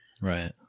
right